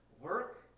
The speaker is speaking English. Work